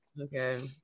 Okay